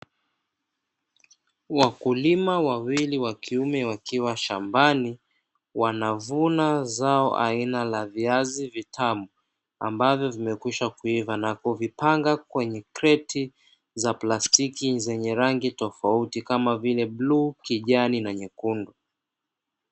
Wakulima wawili wakiume wakiwa shambani wanalima viazi